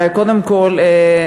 קודם כול,